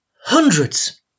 hundreds